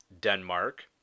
Denmark